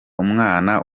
umwana